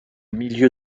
milieu